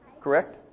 Correct